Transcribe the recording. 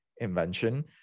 invention